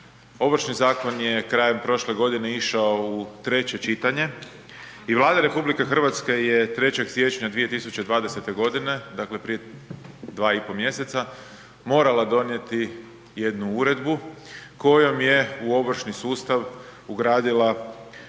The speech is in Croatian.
Ovršni zakon je krajem prošle godine išao u treće čitanje i Vlada RH je 3. siječnja 2020. dakle prije 2,5 mjeseca morala donijeti jednu uredbu kojom je u ovršni sustav ugradila